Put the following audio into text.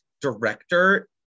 director